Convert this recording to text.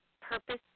purpose